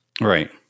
Right